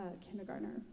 kindergartner